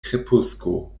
krepusko